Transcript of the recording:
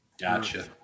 Gotcha